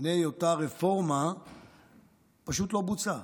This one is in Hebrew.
הינה, אותה רפורמה פשוט לא בוצעה,